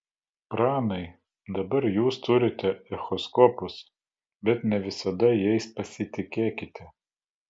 pranai dabar jūs turite echoskopus bet ne visada jais pasitikėkite